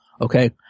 Okay